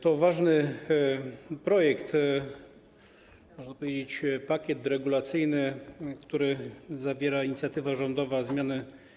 To ważny projekt, można powiedzieć, pakiet deregulacyjny, który zawiera inicjatywa rządowa zmiany